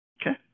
Okay